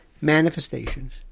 manifestations